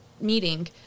meeting